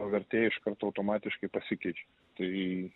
o vertė iš karto automatiškai pasikeičiau tai